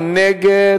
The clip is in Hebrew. מי נגד?